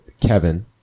Kevin